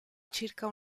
circa